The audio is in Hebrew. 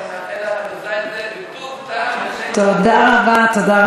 את עושה את זה בטוב טעם, תודה רבה.